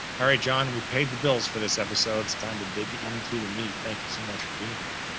all right, john, we've paid the bills for this episode. it's time to dig into the meat. thank you so much for being here.